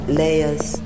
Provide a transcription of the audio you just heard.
layers